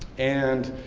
and,